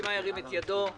ירים את ידו.